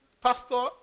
pastor